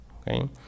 Okay